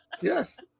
yes